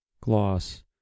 Gloss